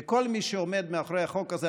ולכל מי שעומד מאחורי החוק הזה,